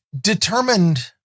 determined